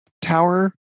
tower